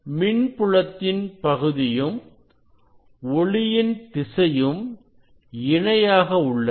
மின் புலத்தின் பகுதியும் ஒளியின் திசையும் இணையாக உள்ளன